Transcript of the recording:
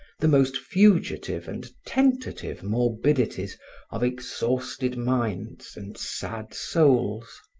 the most fugitive and tentative morbidities of exhausted minds and sad souls.